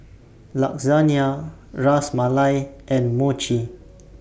Lasagnia Ras Malai and Mochi